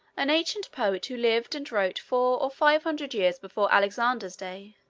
an ancient poet who lived and wrote four or five hundred years before alexander's day.